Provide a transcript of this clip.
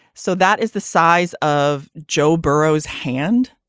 so that is the size of joe burrows hand.